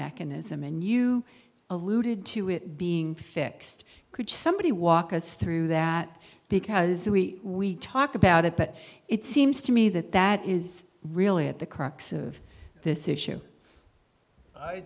mechanism and you alluded to it being fixed could somebody walk us through that because we we talk about it but it seems to me that that is really at the crux of this issue i